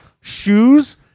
shoes